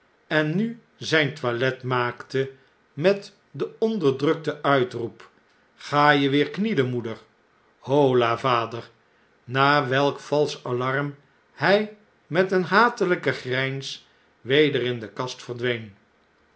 en nu zijn toilet maakte met den onderdrukten uitroep ga je weer knielen moeder hola vader na welk valsch alarm hjj met een hatel jk gegrijns weder in de kast verdween